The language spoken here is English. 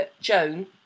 Joan